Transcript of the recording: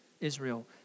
Israel